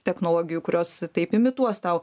technologijų kurios taip imituos tau